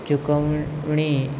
ચૂકવણી